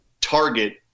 target